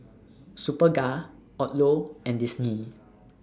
Superga Odlo and Disney